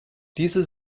diese